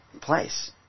place